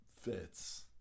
fits